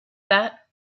that